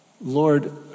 Lord